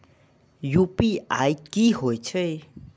UPI की होई छै?